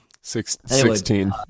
sixteen